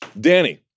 Danny